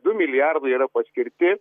du milijardai yra paskirti